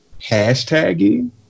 hashtaggy